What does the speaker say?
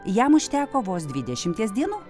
jam užteko vos dvidešimties dienų